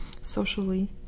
socially